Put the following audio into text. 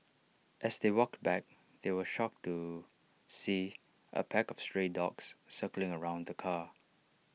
as they walked back they were shocked to see A pack of stray dogs circling around the car